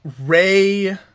Ray